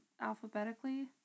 alphabetically